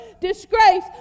disgrace